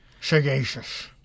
Sagacious